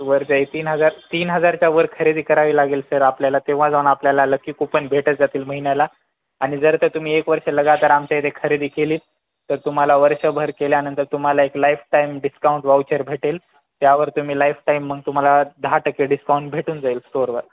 वर जाईल तीन हजार तीन हजारच्यावर खरेदी करावी लागेल सर आपल्याला तेव्हा जाऊन आपल्याला लकी कूपन भेटत जातील महिन्याला आणि जर का तुम्ही एक वर्ष लगातार तर आमच्या इथे खरेदी केली तर तुम्हाला वर्षभर केल्यानंतर तुम्हाला एक लाईफ टाईम डिस्काउंट वाउचर भेटेल त्यावर तुम्ही लाईफ टाईम मग तुम्हाला दहा टक्के डिस्काऊंट भेटून जाईल स्टोरवर